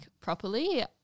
properly